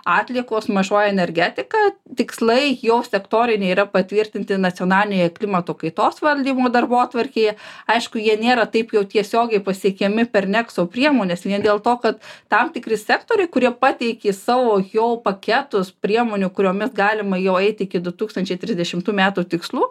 atliekos mažoji energetika tikslai jau sektoriniai yra patvirtinti nacionalinėje klimato kaitos valdymo darbotvarkėje aišku jie nėra taip jau tiesiogiai pasiekiami per nekso priemones vien dėl to kad tam tikri sektoriai kurie pateikė savo jau paketus priemonių kuriomis galima jau eit iki du tūkstančiai trisdešimtų metų tikslų